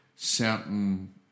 Certain